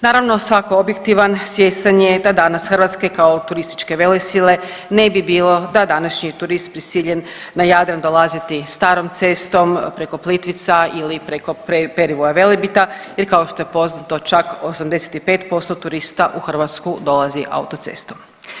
Naravno, svatko objektivan svjestan je da danas Hrvatske kao turističke velesile ne bi bilo da današnji turist prisiljen na Jadran dolaziti starom cestom preko Plitvica ili preko perivoja Velebita jer, kao što je poznato, čak 85% turista u Hrvatsku dolazi autocestom.